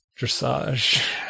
Dressage